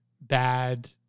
bad